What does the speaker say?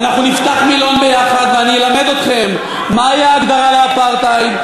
אנחנו נפתח מילון ביחד ואני אלמד אתכם מהי ההגדרה לאפרטהייד,